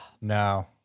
No